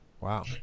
Wow